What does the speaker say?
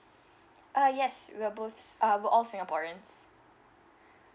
uh yes we're both uh we're all singaporeans